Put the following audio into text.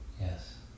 Yes